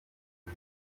izi